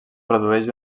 produeix